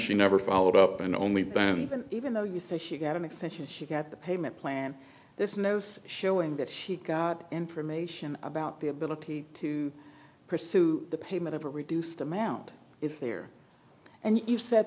she never followed up and only then been even though you say she got an extension she got the payment plan this knows showing that she got information about the ability to pursue the payment of a reduced amount if there and you said